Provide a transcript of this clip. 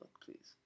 please